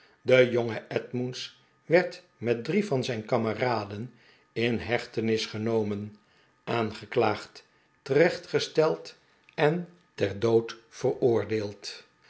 de jonge edmunds werd met drie van zijn kameraden in hechtenis genomen aangeklaagd terechtgesteld en ter dood veroordeeld